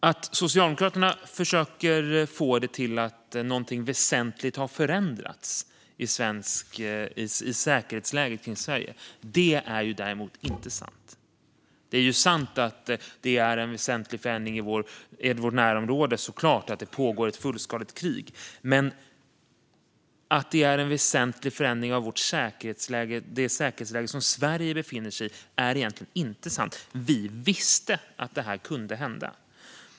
Socialdemokraterna försöker dock få det till att någonting väsentligt har förändrats när det gäller säkerhetsläget kring Sverige, och det är inte sant. Det är såklart sant att det är en väsentlig förändring i vårt närområde att det pågår ett fullskaligt krig, men att det skulle vara en väsentlig förändring av det säkerhetsläge som Sverige befinner sig i är egentligen inte sant. Vi visste att det här kunde hända.